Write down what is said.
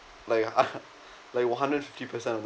like like a hundred and fifty percent